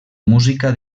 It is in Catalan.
música